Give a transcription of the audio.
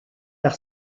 par